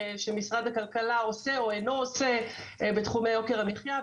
שמשרד הכלכלה עושה או אינו עושה בתחומי יוקר המחיה,